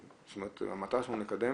המטרה שלנו לקדם